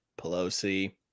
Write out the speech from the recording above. Pelosi